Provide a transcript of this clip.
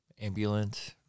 ambulance